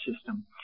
System